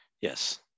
Yes